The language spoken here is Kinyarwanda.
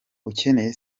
ukeneye